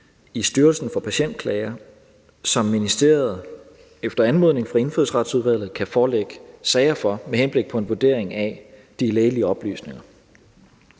i Styrelsen for Patientklager, som ministeriet efter anmodning fra Indfødsretsudvalget kan forelægge sager for med henblik på en vurdering af de lægelige oplysninger.